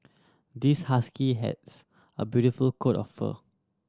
this husky has a beautiful coat of fur